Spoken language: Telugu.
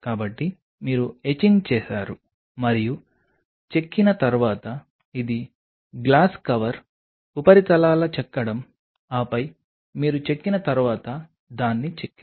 కాబట్టి మీరు ఎచింగ్ చేసారు మరియు చెక్కిన తర్వాత ఇది గ్లాస్ కవర్ ఉపరితలాల చెక్కడం ఆపై మీరు చెక్కిన తర్వాత దాన్ని చెక్కారు